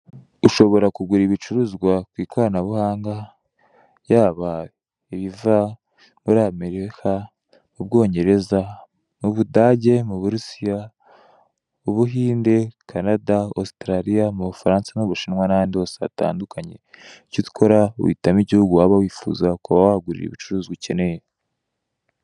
Ushobora kugura ibicuruzwa ku ikoranabuhanga, yaba ibiva muri Amerika, mu Bwongereza, mu Budage, mu Burusiya, mu Buhinde, Kanada, Ositarariya, mu Bufaransa n'Ubushinwa, n'ahandi hose hatandukanye. Icyo dukora, ugitamo igihugu waba wifuza kuba wahagurira ibicuruzwa ukuneye.